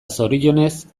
zorionez